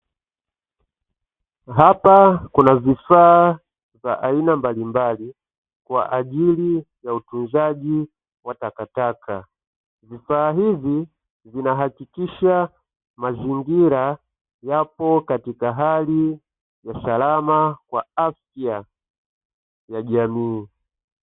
Hapa kuna vifaa vya aina mbalimbali kwa ajili ya utunzaji wa takataka. Vifaa hivi vinahakikisha mazingira yapo katika hali ya salama kwa afya ya jamii.